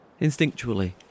Instinctually